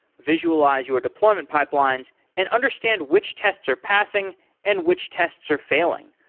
visualize your deployment pipelines and understand which tests are passing and which tests are failing.